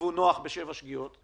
כתבו נוח בשבע שגיאות.